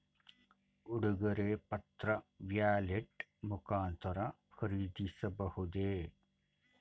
ಉಡುಗೊರೆ ಪತ್ರ ವ್ಯಾಲೆಟ್ ಮುಖಾಂತರ ಖರೀದಿಸಬಹುದೇ?